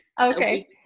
Okay